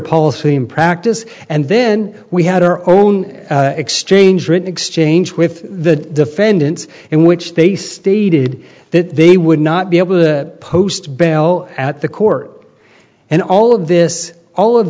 policy in practice and then we had our own exchange rate exchange with the defendants in which they stated that they would not be able to post bail at the court and all of this all of